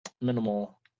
minimal